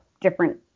different